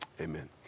Amen